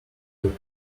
you